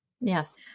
yes